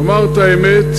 לומר את האמת,